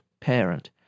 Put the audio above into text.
parent